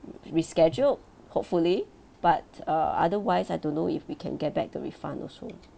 rescheduled hopefully but uh otherwise I don't know if we can get back the refund also